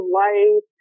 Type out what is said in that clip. life